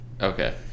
okay